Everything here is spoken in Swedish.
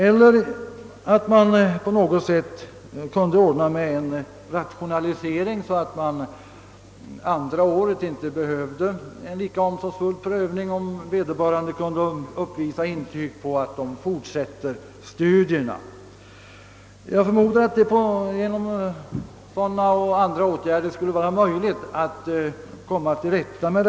Eller man kanske kunde genomföra en rationalisering, så att man andra året inte behöver göra en lika omsorgsfull prövning, om vederbörande kan visa intyg på att han eller hon fortsätter studierna. Jag förutsätter att man genom sådana och andra åtgärder skulle kunna klara av problemen.